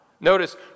Notice